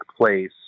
place